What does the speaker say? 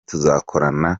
tuzakorana